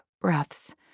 breaths